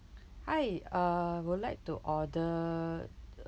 hi uh would like to order